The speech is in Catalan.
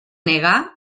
negar